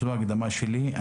זו ההקדמה שלי.